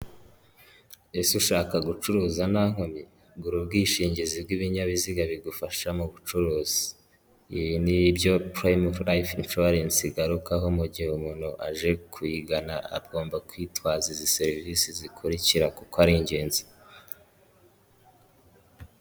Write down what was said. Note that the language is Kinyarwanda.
Ese ushaka gucuruza nta nkomyi, gura ubwishingizi bw'ibinyabiziga bigufasha mu bucuruzi, ibi nibyo purayime inshuwarense igarukaho mu gihe umuntu aje kuyigana, agomba kwitwaza izi serivisi zikurikira kuko ari ingenzi.